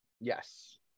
Yes